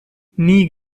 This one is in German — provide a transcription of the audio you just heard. nie